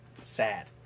sad